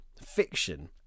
fiction